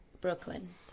brooklyn